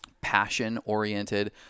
passion-oriented